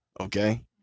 okay